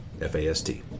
F-A-S-T